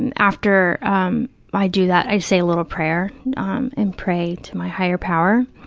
and after um i do that, i say a little prayer and pray to my higher power.